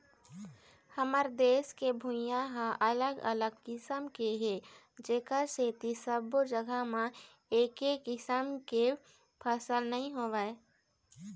हमर देश के भुइंहा ह अलग अलग किसम के हे जेखर सेती सब्बो जघा म एके किसम के फसल नइ होवय